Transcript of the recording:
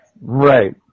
Right